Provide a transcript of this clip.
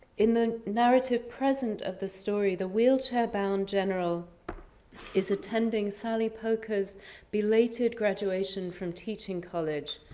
in the narrative present of the story, the wheelchair bound general is attending sally poker's belated graduation from teaching college.